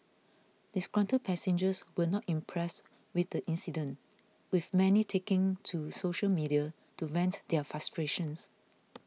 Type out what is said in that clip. disgruntled passengers were not impressed with the incident with many taking to social media to vent their frustrations